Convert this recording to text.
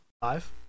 five